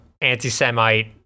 anti-semite